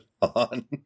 on